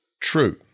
true